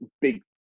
big